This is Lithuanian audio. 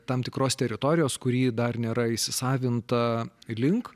tam tikros teritorijos kurį dar nėra įsisavinta link